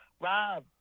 Rob